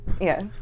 Yes